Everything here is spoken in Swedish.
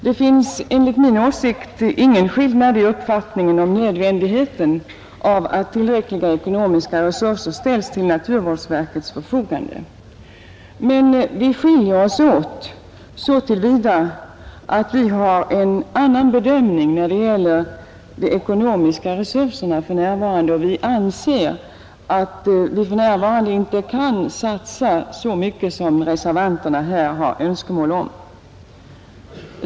Det finns enligt min åsikt ingen skillnad i uppfattningen om nödvändigheten av att tillräckliga ekonomiska resurser ställs till naturvårdsverkets förfogande, men vi skiljer oss åt så till vida att majoriteten gör en annan bedömning när det gäller de ekonomiska möjligheterna. Majoriteten i utskottet anser att vi för närvarande inte kan satsa så mycket som reservanterna önskar.